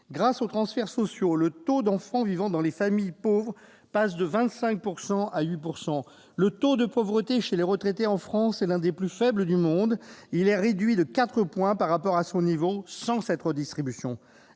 Grâce aux transferts sociaux, le taux d'enfants vivant dans une famille pauvre passe de 25 % à 8 %, le taux de pauvreté chez les retraités est en France l'un des plus faibles au monde, se trouvant réduit de quatre points par rapport à ce qu'il serait sans cette redistribution.